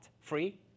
Free